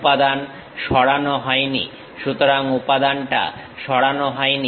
উপাদান সরানো হয়নি সুতরাং উপাদানটা সরানো হয়নি